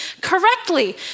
correctly